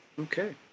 okay